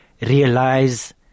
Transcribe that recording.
realize